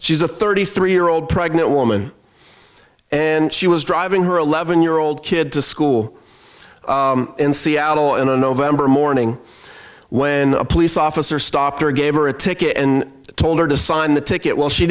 she's a thirty three year old pregnant woman and she was driving her eleven year old kid to school in seattle in a november morning when a police officer stopped her gave her a ticket and told her to sign the ticket well she